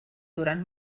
durant